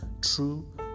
true